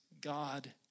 God